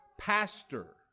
pastor